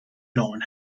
known